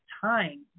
time